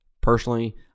personally